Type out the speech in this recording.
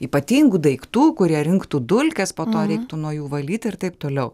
ypatingų daiktų kurie rinktų dulkes po to reiktų nuo jų valyt ir taip toliau